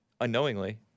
unknowingly